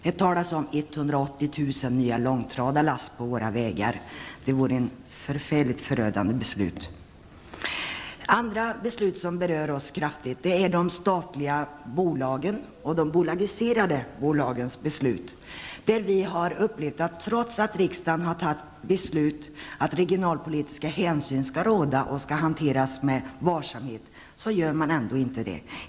Det talas om 180 000 nya långtradarlass på våra vägar. Det vore ett förödande beslut. Andra saker som berör oss kraftigt är de statliga bolagen och de bolagiserade verksamheterna. Där har vi upplevt att trots att riksdagen tagit beslut om att regionalpolitiska hänsyn skall råda och att de skall hanteras varsamt, gör man det ändå inte.